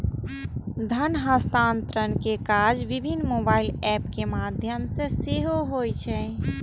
धन हस्तांतरण के काज विभिन्न मोबाइल एप के माध्यम सं सेहो होइ छै